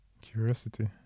Curiosity